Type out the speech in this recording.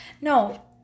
No